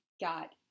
got